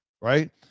right